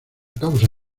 causa